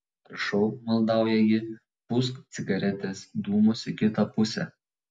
prašau maldauja ji pūsk cigaretės dūmus į kitą pusę